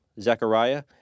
Zechariah